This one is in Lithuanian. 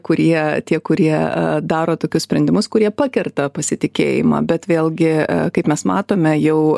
kurie tie kurie daro tokius sprendimus kurie pakerta pasitikėjimą bet vėlgi kaip mes matome jau